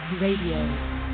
Radio